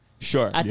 Sure